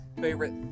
favorite